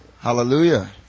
hallelujah